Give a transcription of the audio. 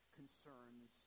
concerns